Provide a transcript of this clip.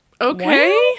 okay